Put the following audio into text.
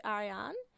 Ariane